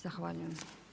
Zahvaljujem.